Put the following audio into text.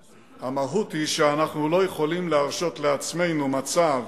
שאנחנו לא יכולים להרשות לעצמנו מצב